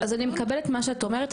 אז אני מקבלת מה שאת אומרת,